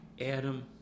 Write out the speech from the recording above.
Adam